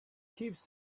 keeps